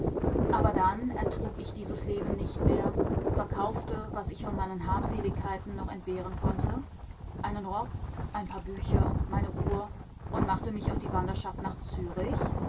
aber dann ertrug ich dieses leben nicht mehr verkaufte was ich von meinen habseligkeiten noch entbehren konnte einen rock ein paar bücher meine uhr und machte mich auf die wanderschaft nach zürich